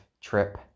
trip